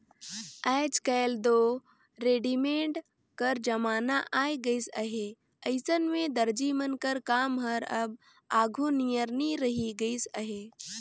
आएज काएल दो रेडीमेड कर जमाना आए गइस अहे अइसन में दरजी मन कर काम हर अब आघु नियर नी रहि गइस अहे